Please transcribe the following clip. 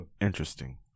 Interesting